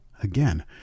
again